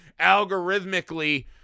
algorithmically